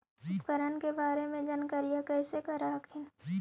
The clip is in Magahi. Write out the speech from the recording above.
उपकरण के बारे जानकारीया कैसे कर हखिन?